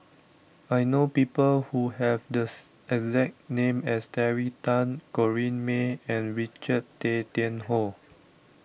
I know people who have the exact name as Terry Tan Corrinne May and Richard Tay Tian Hoe